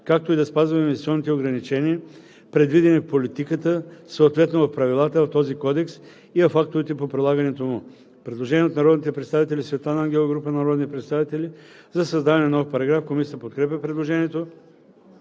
както и да спазва инвестиционните ограничения, предвидени в политиката, съответно в правилата, в този кодекс и в актовете по прилагането му;“. Има предложение от народния представител Светлана Ангелова и група народни представители за създаване на нов параграф. Комисията подкрепя предложението.